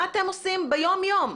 מה אתם עושים ביום-יום?